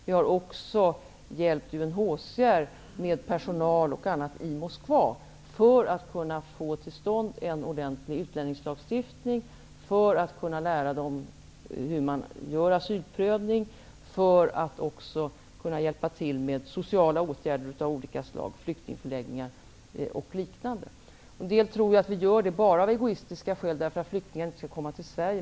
Vi har också hjälpt UNHCR med personal och annat i Moskva för att man där skall kunna få till stånd en ordentlig utlänningslagstiftning, lära sig att göra en asylprövning och hjälpa till med sociala åtgärder av olika slag, flyktingförläggningar och liknande. En del tror att vi gör detta av egoistiska skäl, för att flyktingar inte skall komma till Sverige.